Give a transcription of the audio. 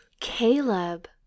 Caleb